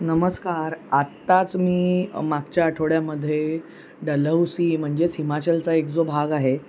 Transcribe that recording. नमस्कार आत्ताच मी मागच्या आठवड्यामध्ये डलशी म्हणजेच हिमाचलचा एक जो भाग आहे